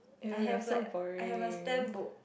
I have like I have a stamp book